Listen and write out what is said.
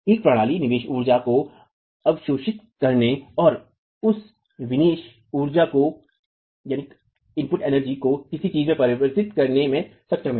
एक प्रणाली निवेश ऊर्जा को अवशोषित करने और उस निवेश ऊर्जा को किसी चीज़ में परिवर्तित करने में सक्षम है